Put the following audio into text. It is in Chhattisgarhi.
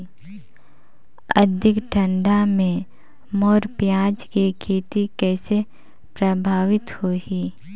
अधिक ठंडा मे मोर पियाज के खेती कइसे प्रभावित होही?